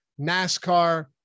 NASCAR